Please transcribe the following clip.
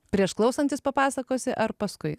prieš klausantis papasakosi ar paskui